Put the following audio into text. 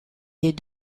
les